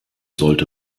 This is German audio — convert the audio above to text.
sollte